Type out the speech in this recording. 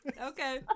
Okay